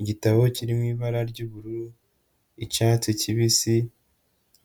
Igitabo kirimo ibara ry'ubururu, icyatsi kibisi